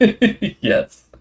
Yes